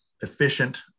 efficient